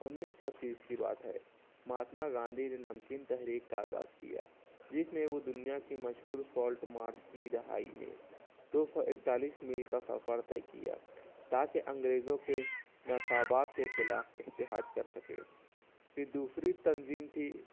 انیس سو تیس کی بات ہے مہاتما گاندھی نے نمکین تحریک کا آغاز کیا جس میں وہ دنیا کے مشہور سالٹ مارچ کی رہائی میں دو سو اکتالیس میل کا سفر طے کیا تاکہ انگریزوں کے نصابات کے خلاف اتحاد کر سکے پھر دوسری تنظیم تھی